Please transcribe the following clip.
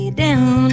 down